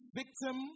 victim